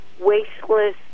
Wasteless